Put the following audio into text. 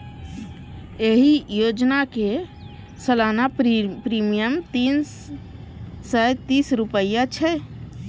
एहि योजनाक सालाना प्रीमियम तीन सय तीस रुपैया छै